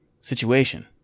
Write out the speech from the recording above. situation